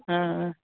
हां